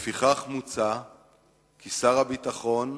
לפיכך, מוצע כי שר הביטחון,